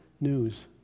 news